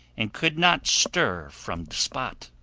and could not stir from, the spot.